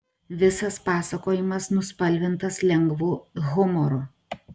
visas pasakojimas nuspalvintas lengvu humoru